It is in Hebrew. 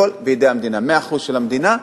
הכול בידי המדינה, 100% של המדינה.